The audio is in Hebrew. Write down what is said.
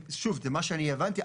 שוב ממה שאני הבנתי,